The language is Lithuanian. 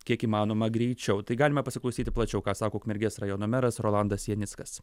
kiek įmanoma greičiau tai galime pasiklausyti plačiau ką sako ukmergės rajono meras rolandas janickas